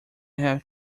have